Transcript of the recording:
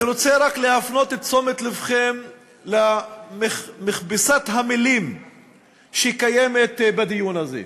אני רוצה רק להפנות את תשומת לבכם למכבסת המילים שקיימת בדיון הזה.